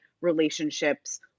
relationships